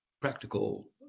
practical